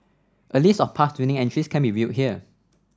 a list of past winning entries can be viewed here